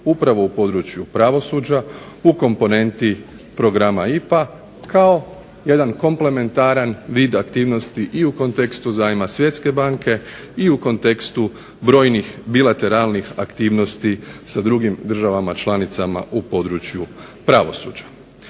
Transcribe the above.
upravo u području pravosuđa u komponenti programa IPA kao jedan komplementaran vid aktivnosti i u kontekstu zajma Svjetske banke i u kontekstu brojnih bilateralnih aktivnosti sa drugim državama članicama u području pravosuđa.